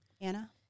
Anna